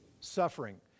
suffering